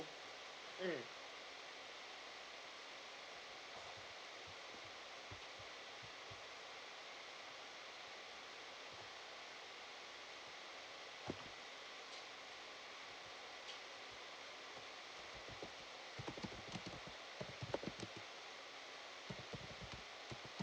mm